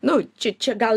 nu čia čia gal